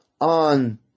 on